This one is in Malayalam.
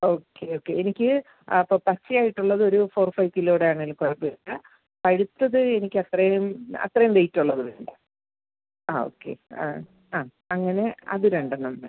ഓക്കെ ഓക്കെ എനിക്ക് അപ്പോൾ പച്ചയായിട്ട് ഉള്ളതൊരു ഫോർ ഫൈവ് കിലോയുടെ ആണെങ്കിലും കുഴപ്പം ഇല്ല പഴുത്തത് എനിക്ക് അത്രയും അത്രയും വെയിറ്റ് ഉള്ളത് വേണ്ട ആ ഓക്കെ ആ അങ്ങനെ അത് രണ്ടെണ്ണം വേണം